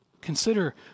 Consider